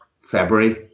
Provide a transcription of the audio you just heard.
February